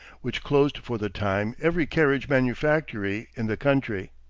which closed for the time every carriage manufactory in the country.